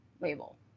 label